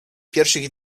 pierwszych